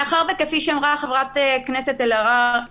מאחר שכפי שאמרה חברת הכנסת אלהרר,